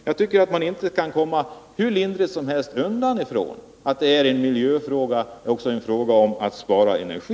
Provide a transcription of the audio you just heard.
Jag tycker inte att man kan komma ifrån att detta är en miljöfråga och också en fråga om att spara energi.